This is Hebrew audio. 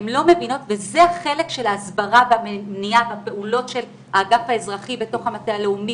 וזה חלק מן ההסברה והמניעה והפעולות של האגף האזרחי בתוך המטה הלאומי